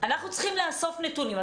אנחנו צריכים לאסוף נתונים.